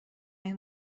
این